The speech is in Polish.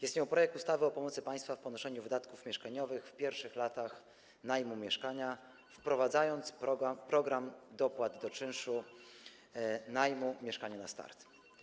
Jest nią projekt ustawy o pomocy państwa w ponoszeniu wydatków mieszkaniowych w pierwszych latach najmu mieszkania wprowadzającej program dopłat do czynszu najmu „Mieszkanie na start”